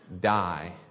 die